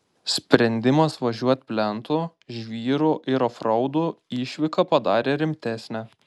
sprendimas važiuot plentu žvyru ir ofraudu išvyką padarė rimtesnę